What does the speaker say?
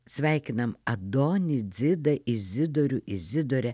sveikinam adonį dzidą izidorių izidorę